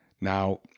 Now